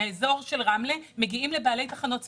באזור רמלה מגיעים לבעלי תחנות ספציפיים,